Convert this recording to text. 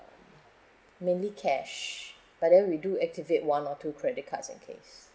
mainly cash but then we do activate one or two credit cards in case